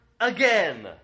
again